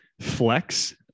flex